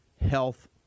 health